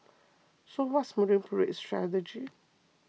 so what's Marine Parade's strategy